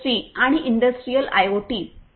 0 आणि industrial IoT introduction to Industry 4